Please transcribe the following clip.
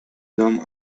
dom